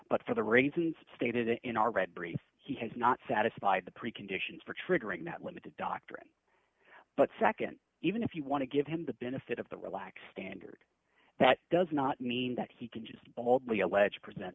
but for the reasons stated in our read brief he has not satisfied the preconditions for triggering that limited doctrine but nd even if you want to give him the benefit of the relaxed standard that does not mean that he can just baldly allege present